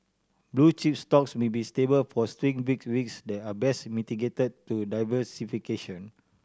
blue chip stocks may be stable but still bring risk that are best mitigated through diversification